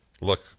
look